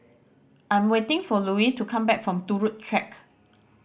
I'm waiting for Louis to come back from Turut Track